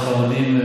הספרדים,